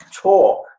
talk